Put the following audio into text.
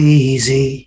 easy